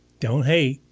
don't hate,